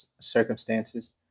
circumstances